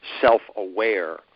self-aware